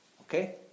Okay